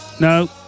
no